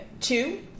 two